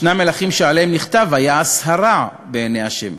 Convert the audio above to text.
ויש מלכים שעליהם נכתב "ויעש הרע בעיני ה'".